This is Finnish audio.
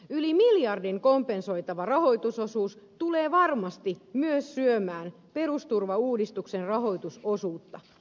yli miljardin kompensoitava rahoitusosuus tulee varmasti myös syömään perusturvauudistuksen rahoitusosuutta